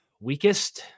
weakest